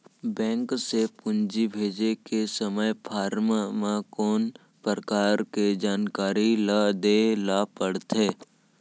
Bank से पूंजी भेजे के समय फॉर्म म कौन परकार के जानकारी ल दे ला पड़थे?